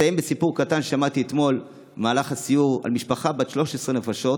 אסיים בסיפור קטן ששמעתי אתמול במהלך הסיור על משפחה בת 13 נפשות,